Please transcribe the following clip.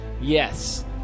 Yes